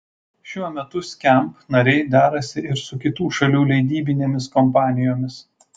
šiuo metu skamp nariai derasi ir su kitų šalių leidybinėmis kompanijomis